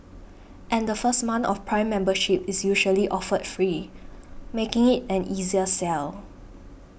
and the first month of Prime membership is usually offered free making it an easier sell